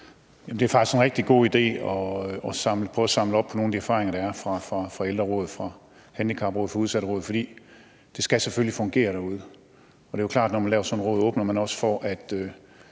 det er faktisk en rigtig god idé at prøve at samle op på nogle af de erfaringer, der er fra ældreråd, fra handicapråd og fra udsatteråd. Det skal selvfølgelig fungere derude, og det er klart, at når man laver sådan et råd, åbner man også for, at